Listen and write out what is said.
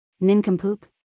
Nincompoop